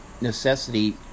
necessity